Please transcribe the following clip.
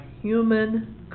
human